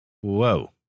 Whoa